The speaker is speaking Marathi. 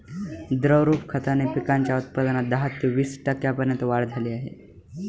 द्रवरूप खताने पिकांच्या उत्पादनात दहा ते वीस टक्क्यांपर्यंत वाढ झाली आहे